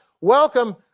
welcome